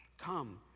Come